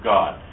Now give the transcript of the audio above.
God